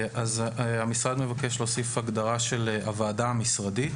המשרד מבקש להוסיף הגדרה של "הוועדה המשרדית"